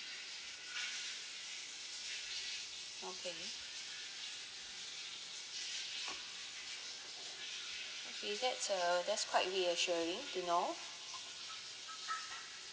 okay that's err that's quite reassuring to know